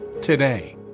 today